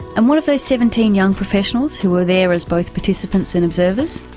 and what of those seventeen young professionals who were there as both participants and observers?